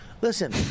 Listen